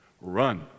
run